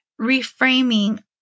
reframing